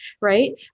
Right